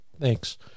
thanks